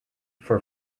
for